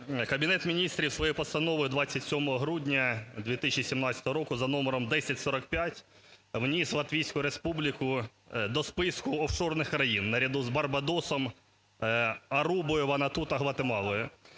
Кабінет Міністрів своєю Постановою 27 грудня 2017 року за номером 1045 вніс Латвійську Республіку до списку офшорних країн наряду з Барбадосом, Арубою, Вануату та Гватемалою.